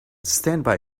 standby